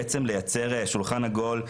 בעצם לייצר שולחן עגול,